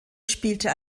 spielte